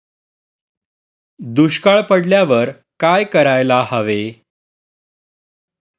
दुष्काळ पडल्यावर काय करायला हवे?